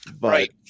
Right